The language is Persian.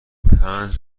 پنج